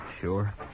Sure